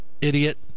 Idiot